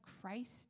Christ